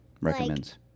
recommends